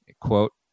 Quote